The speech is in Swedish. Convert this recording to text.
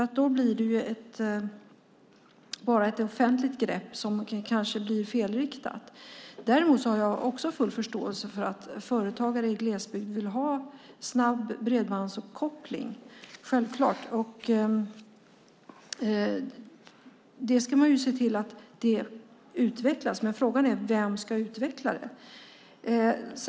Då blir det ett offentligt grepp som kanske blir felriktat. Däremot har jag full förståelse för att företagare i glesbygd vill ha en snabb bredbandsuppkoppling, självklart. Man ska se till att det utvecklas, men frågan är vem som ska utveckla det.